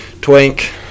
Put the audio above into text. Twink